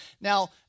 Now